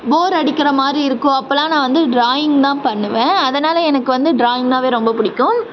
போர் அடிக்கிற மாதிரி இருக்கோ அப்போல்லாம் நான் வந்து ட்ராயிங் தான் பண்ணுவேன் அதனாலே எனக்கு வந்து ட்ராயிங்க்னால் ரொம்ப பிடிக்கும்